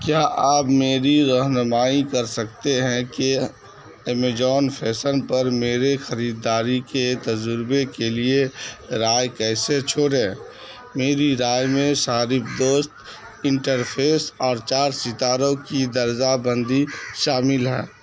کیا آپ میری رہنمائی کر سکتے ہیں کہ ایمیزون فیشن پر میری خریداری کے تجربے کے لیے رائے کیسے چھوڑیں میری رائے میں صارف دوست انٹرفیس اور چار ستاروں کی درجہ بندی شامل ہے